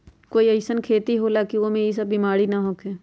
कोई अईसन खेती होला की वो में ई सब बीमारी न होखे?